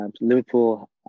Liverpool